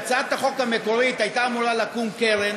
לפי הצעת החוק המקורית הייתה אמורה לקום קרן,